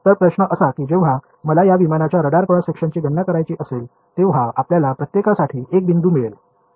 तर प्रश्न असा कि जेव्हा मला या विमानाच्या रडार क्रॉस सेक्शनची गणना करायची असेल तेव्हा आपल्याला प्रत्येकासाठी एक बिंदू मिळेल का